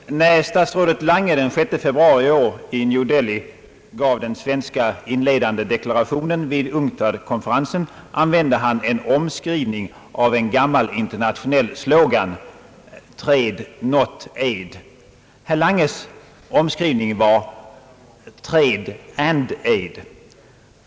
Herr talman! När statsrådet Lange den 6 februari i år i New Delhi gav den svenska inledande deklarationen vid UNCTAD-konferensen använde han en omskrivning av en gammal internationell slogan »trade not aid». Herr Langes omskrivning var »trade and aid».